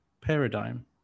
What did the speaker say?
paradigm